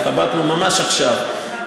התחבטנו בו ממש עכשיו,